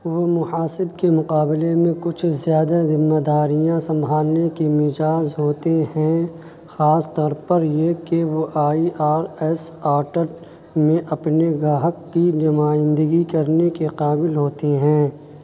وہ محاسب کے مقابلے میں کچھ زیادہ ذمہ داریاں سنبھالنے کے مجاز ہوتے ہیں خاص طور پر یہ کہ وہ آئی آر ایس میں اپنے گراہک کی نمائندگی کرنے کے قابل ہوتی ہیں